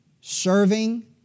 Serving